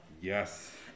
Yes